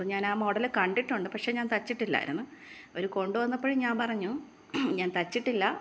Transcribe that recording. അപ്പോൾ ഞാൻ ആ മോഡല് കണ്ടിട്ടുണ്ട് പക്ഷേ ഞാൻ തയ്ച്ചിട്ടില്ലായിരുന്നു അവർ കൊണ്ട് വന്നപ്പോഴും ഞാൻ പറഞ്ഞു ഞാൻ തയ്ച്ചിട്ടില്ലാ